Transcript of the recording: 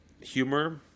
humor